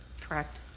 Correct